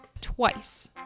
Twice